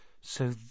So